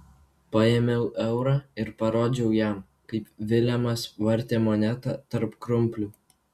paėmiau eurą ir parodžiau jam kaip vilemas vartė monetą tarp krumplių